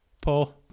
Paul